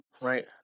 right